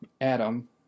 Adam